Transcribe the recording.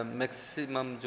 maximum